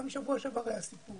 גם בשבוע שעבר היה סיפור